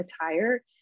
attire